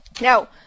Now